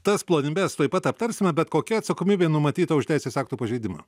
tas plonybes tuoj pat aptarsime bet kokia atsakomybė numatyta už teisės aktų pažeidimą